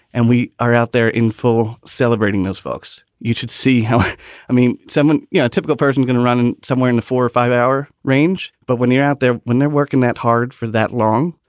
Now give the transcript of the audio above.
and we are out there in full celebrating those folks. you should see how i mean, someone, you know, a typical person going to run somewhere in the four or five hour range. but when you're out there, when they're working that hard for that long.